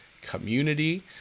community